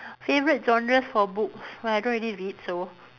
favourite genres for books but I don't really read so